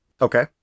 Okay